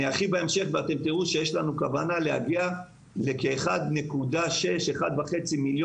ארחיב בהמשך ותראו שיש לנו כוונה להגיע לכ-1.6 מיליון